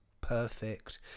perfect